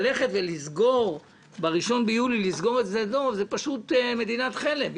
ולסגור ב-1 ביולי את שדה דב זאת פשוט מדינת חלם,